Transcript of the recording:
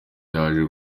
yaje